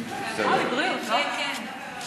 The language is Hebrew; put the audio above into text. כן כן.